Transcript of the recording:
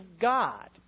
God